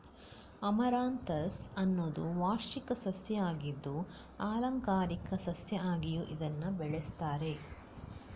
amaranthus ಅನ್ನುದು ವಾರ್ಷಿಕ ಸಸ್ಯ ಆಗಿದ್ದು ಆಲಂಕಾರಿಕ ಸಸ್ಯ ಆಗಿಯೂ ಇದನ್ನ ಬೆಳೆಸ್ತಾರೆ